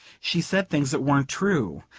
she said things that weren't true.